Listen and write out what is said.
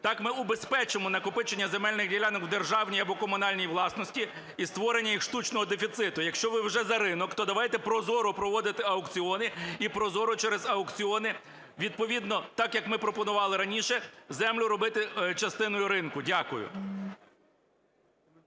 Так ми убезпечимо накопичення земельних ділянок у державній або комунальній власності і створення їх штучного дефіциту. Якщо ви вже за ринок, то давайте прозоро проводити аукціони і прозоро через аукціони відповідно так, як ми пропонували раніше, землю робити частиною ринку. Дякую.